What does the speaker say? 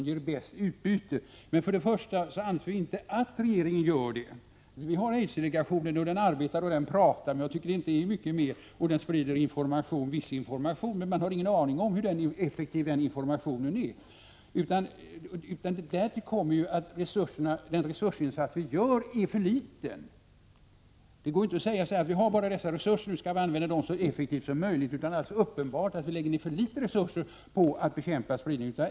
vid passkontroll Herr talman! Det är självklart att man skall använda sina resurser på ett sådant sätt att de ger det bästa resultatet. Men för det första anser jag inte att regeringen gör det. Vi har visserligen aidsdelegationen, och den arbetar, pratar och sprider information, men man har ingen aning om hur effektiv den informationen är. Därtill kommer att de resurser vi satt in är för små. Det går inte att säga att vi har bara så och så stora resurser och att vi skall använda dem så effektivt som möjligt, utan det är alldeles uppenbart att vi satsar för små resurser på att bekämpa spridningen av aids.